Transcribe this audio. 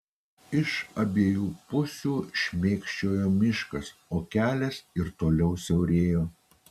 iš abiejų pusių šmėkščiojo miškas o kelias ir toliau siaurėjo